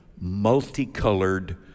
multicolored